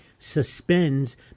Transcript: suspends